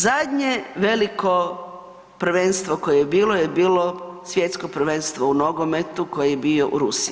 Zadnje veliko prvenstvo koje je bilo je bilo Svjetsko prvenstvo u nogometu koji je bio u Rusiji.